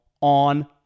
on